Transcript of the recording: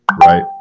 right